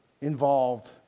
involved